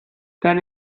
then